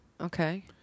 Okay